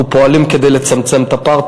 אנחנו פועלים כדי לצמצם את הפער.